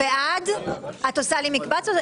הצבעה הרוויזיה לא נתקבלה הרוויזיה לא התקבלה.